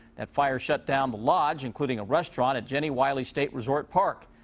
that fire shut down the lodge, including a restaurant, at jenny wiley state resort park.